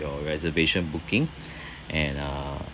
your reservation booking and uh